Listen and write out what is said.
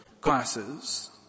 classes